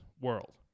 world